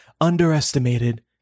underestimated